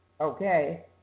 Okay